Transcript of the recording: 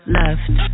left